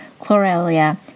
chlorelia